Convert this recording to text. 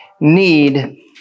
need